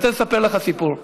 אני רוצה לספר לך סיפור.